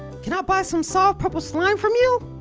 can i buy some soft purple slime from you?